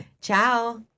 ciao